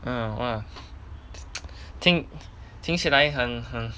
mm !wah! 听听起来很很